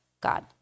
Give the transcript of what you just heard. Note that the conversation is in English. God